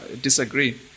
disagree